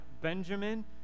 Benjamin